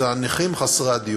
זה הנכים חסרי הדיור.